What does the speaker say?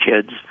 kids